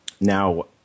Now